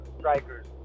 strikers